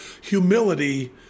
humility